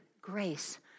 grace